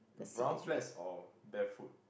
brown flats or barefoot